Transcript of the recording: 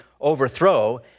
overthrow